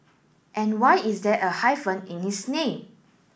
and why is there a hyphen in his name